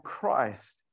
Christ